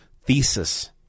thesis